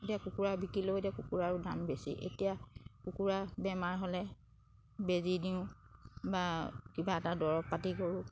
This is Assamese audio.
এতিয়া কুকুৰা বিক্ৰী লৈ এতিয়া কুকুৰাৰো দাম বেছি এতিয়া কুকুৰা বেমাৰ হ'লে বেজি দিওঁ বা কিবা এটা দৰৱ পাতি কৰোঁ